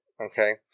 Okay